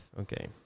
Okay